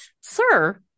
sir